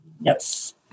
Yes